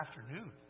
afternoon